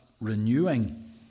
renewing